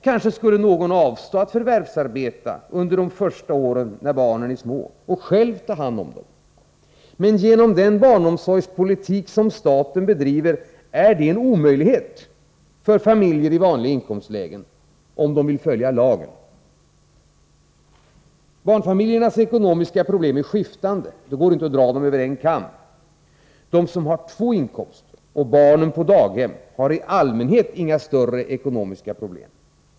Kanske skulle någon av dem avstå från att förvärvsarbeta under de första åren när barnen är små och själv ta hand om dem. Genom den barnomsorgspolitik som staten bedriver är detta en omöjlighet för familjer i vanliga inkomstlägen — om de vill följa lagen. Barnfamiljernas ekonomiska problem är skiftande. Det går inte att dra dem över en kam. De som har två inkomster och barnen på daghem har i allmänhet inga större ekonomiska problem.